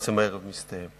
שבעצם הערב מסתיים.